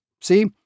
See